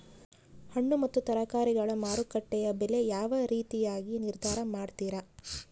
ಹಣ್ಣು ಮತ್ತು ತರಕಾರಿಗಳ ಮಾರುಕಟ್ಟೆಯ ಬೆಲೆ ಯಾವ ರೇತಿಯಾಗಿ ನಿರ್ಧಾರ ಮಾಡ್ತಿರಾ?